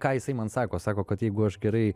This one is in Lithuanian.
ką jisai man sako sako kad jeigu aš gerai